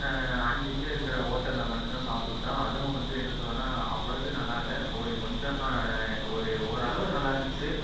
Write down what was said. அங்கங்க இருக்கிற ஹோட்டல்ல மட்டுந்தான் சாப்பிட்டுக்கிட்டோம் அதுவும் வந்து என்ன சொல்லணும்னா அவ்வளோது நல்லாயில்லை ஒரு கொஞ்சம் ஒரு ஓரளவு நல்லா இருந்துச்சு